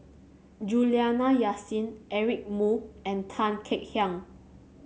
Juliana Yasin Eric Moo and Tan Kek Hiang